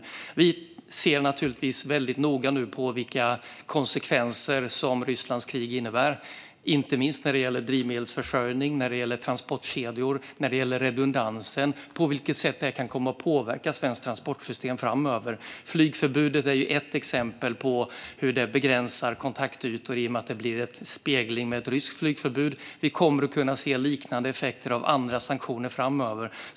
Vi tittar noga på vilka konsekvenser som Rysslands krig får, inte minst när det gäller drivmedelsförsörjning, transportkedjor och redundansen, och därmed på vilket sätt svenska transportsystem kommer att påverkas framöver. Flygförbudet är ett exempel på hur kontaktytor begränsas i och med att det blir en spegling med ett ryskt flygförbud. Vi kommer att se liknande effekter av andra sanktioner framöver.